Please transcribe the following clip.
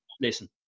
listen